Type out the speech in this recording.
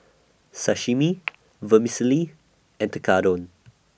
Sashimi Vermicelli and Tekkadon